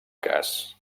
cas